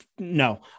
No